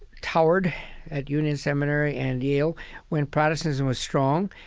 towered at union seminary and yale when protestantism was strong.